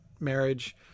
Marriage